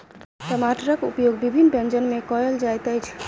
टमाटरक उपयोग विभिन्न व्यंजन मे कयल जाइत अछि